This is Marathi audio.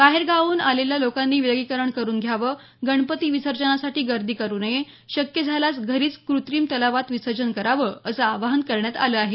बाहेर गावाहन आलेल्या लोकांनी विलगीकरण करून घ्यावं गणपती विसर्जनासाठी गर्दी करू नये शक्य झाल्यास घरीच कृत्रीम तलावात विसर्जन करावं असं आवाहन करण्यात आलं आहे